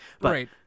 Right